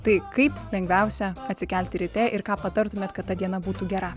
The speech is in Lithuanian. tai kaip lengviausia atsikelti ryte ir ką patartumėt kad ta diena būtų gera